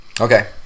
Okay